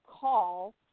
call